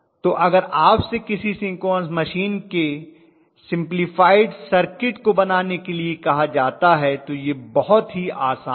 तो अगर आपसे किसी सिंक्रोनस मशीन के सिम्प्लफाइड इक्विवलन्ट सर्किट को बनाने के लिए कहा जाता है तो यह बहुत ही आसान है